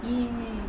mm